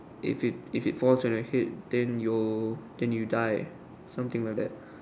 if it if it falls on your head then you'll then you die something like that